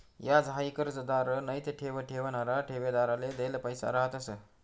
याज हाई कर्जदार नैते ठेव ठेवणारा ठेवीदारले देल पैसा रहातंस